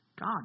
God